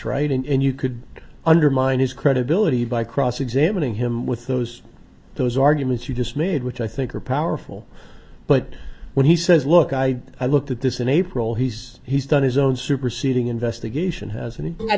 right and you could undermine his credibility by cross examining him with those are those arguments you just made which i think are powerful but when he says look i i looked at this in april he's he's done his own superseding investigation has